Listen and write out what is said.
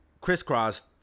crisscrossed